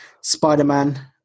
Spider-Man